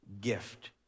gift